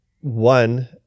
one